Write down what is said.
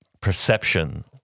perception